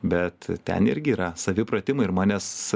bet ten irgi yra savi pratimai ir manęs